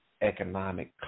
economic